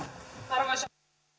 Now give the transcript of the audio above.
arvoisa